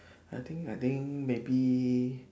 I think I think maybe